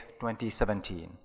2017